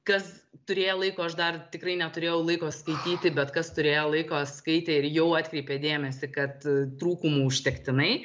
kas turėjo laiko aš dar tikrai neturėjau laiko skaityti bet kas turėjo laiko skaitė ir jau atkreipė dėmesį kad trūkumų užtektinai